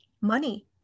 Money